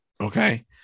okay